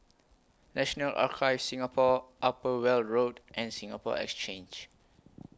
National Archives Singapore Upper Weld Road and Singapore Exchange